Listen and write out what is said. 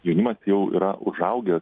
jaunimas jau yra užaugęs